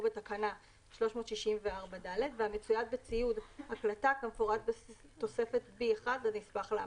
בתקנה 364ד והמצויד בציוד הקלטה כמפורט בתוספת B1 לנספח לאמנה.